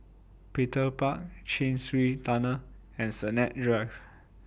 Petir Park Chin Swee Tunnel and Sennett Drive